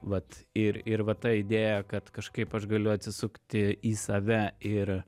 vat ir ir va ta idėja kad kažkaip aš galiu atsisukti į save ir